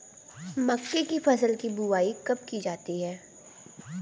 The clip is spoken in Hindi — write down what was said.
मक्के की फसल की बुआई कब की जाती है?